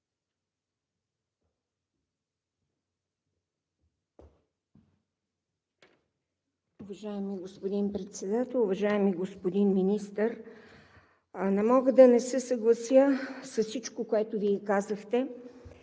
Уважаеми господин Председател! Уважаеми господин Министър, не мога да не се съглася с всичко, което Вие казахте